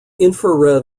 infrared